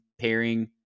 pairing